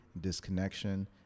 disconnection